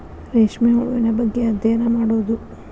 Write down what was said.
ರೇಶ್ಮೆ ಹುಳುವಿನ ಬಗ್ಗೆ ಅದ್ಯಯನಾ ಮಾಡುದು